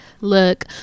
look